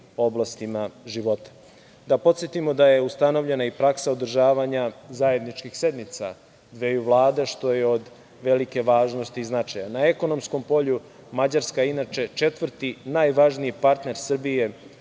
oblastima života. Da podsetimo da je ustanovljena i praksa održavanja zajedničkih sednica dveju vlada, što je od velike važnosti i značaja. Na ekonomskom polju Mađarska inače četvrti najvažniji partner Srbije